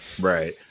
Right